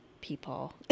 People